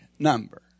number